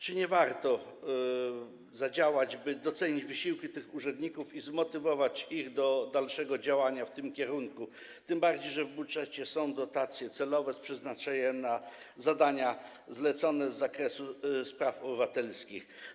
Czy nie warto zadziałać, by docenić wysiłki tych urzędników i zmotywować ich do dalszego działania w tym kierunku, tym bardziej że w budżecie są dotacje celowe z przeznaczeniem na zadania zlecone z zakresu spraw obywatelskich?